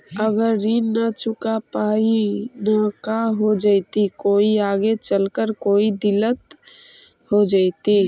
अगर ऋण न चुका पाई न का हो जयती, कोई आगे चलकर कोई दिलत हो जयती?